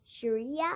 Sharia